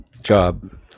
job